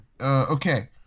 Okay